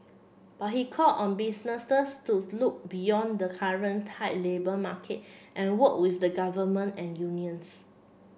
but he called on businesses to look beyond the current tight labour market and work with the government and unions